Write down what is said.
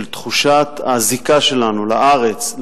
של תחושת הזיקה שלנו לארץ,